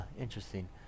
interesting